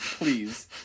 Please